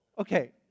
Okay